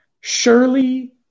Surely